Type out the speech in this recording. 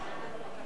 נא להצביע,